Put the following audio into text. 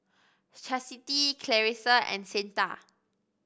Chasity Clarissa and Cyntha